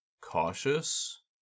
cautious